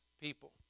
people